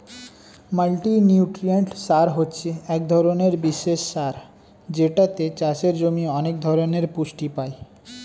multinutrient সার হচ্ছে এক ধরণের বিশেষ সার যেটাতে চাষের জমি অনেক ধরণের পুষ্টি পায়